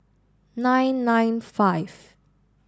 nine nine five